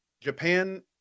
Japan